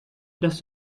dass